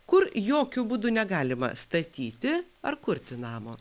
kur jokiu būdu negalima statyti ar kurti namo